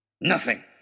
Nothing